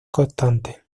constante